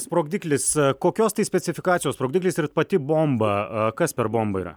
sprogdiklis kokios tai specifikacijos sprogdiklis ir pati bomba kas per bomba yra